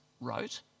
wrote